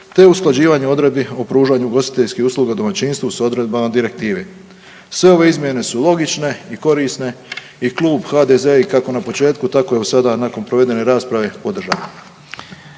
te usklađivanje odredbi o pružanju ugostiteljskih usluga u domaćinstvu s odredbama direktive. Sve ove izmjene su logične i korisne i Klub HDZ-a i kako na početku, tako evo sada nakon provedene rasprave podržava.